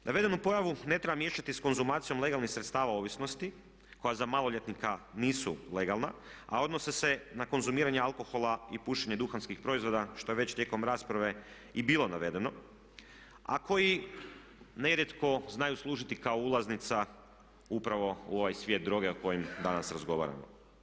Navedenu pojavu ne treba miješati s konzumacijom legalnih sredstava ovisnosti koja za maloljetnika nisu legalna a odnose se na konzumiranje alkohola i pušenje duhanskih proizvoda što je već tijekom rasprave i bilo navedeno a koji nerijetko znaju služiti kao ulaznice upravo u ovaj svijet droge o kojem danas razgovaramo.